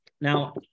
Now